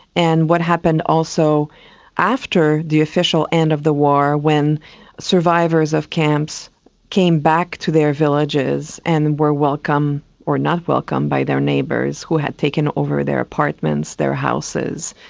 and what happened also after the official end of the war when survivors of camps came back to their villages and were welcomed or not welcomed by their neighbours who had taken over their apartments, their houses.